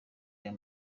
aya